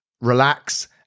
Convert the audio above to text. relax